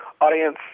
audience